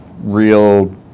real